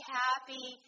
happy